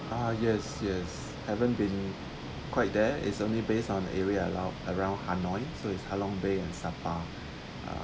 ah yes yes haven't been quite there is only based on area allow around hanoi so is ha long bay and sapa uh